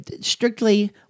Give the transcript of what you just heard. strictly